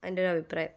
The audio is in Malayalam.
എൻ്റൊരഭിപ്രായം